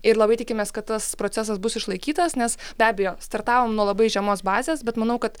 ir labai tikimės kad tas procesas bus išlaikytas nes be abejo startavom nuo labai žemos bazės bet manau kad